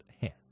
hand